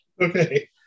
Okay